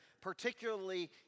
particularly